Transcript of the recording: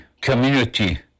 community